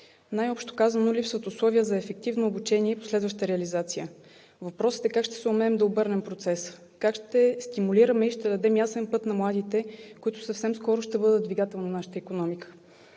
Най-общо казано, липсват условия за ефективно обучение и последваща реализация. Въпросът е: как ще съумеем да обърнем процеса, как ще стимулираме и ще дадем ясен път на младите, които съвсем скоро ще бъдат двигател на нашата икономика?